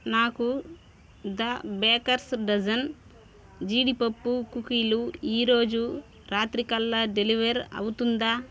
నాకు the baker's dozen జీడిపప్పు కుకీలు ఈరోజు రాత్రికల్లా డెలివర్ అవుతుందా